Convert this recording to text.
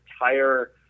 entire